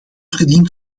verdient